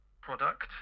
product